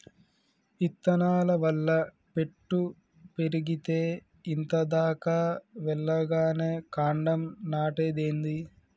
ఇత్తనాల వల్ల పెట్టు పెరిగేతే ఇంత దాకా వెల్లగానే కాండం నాటేదేంది